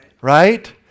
right